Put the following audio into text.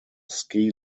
ski